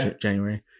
January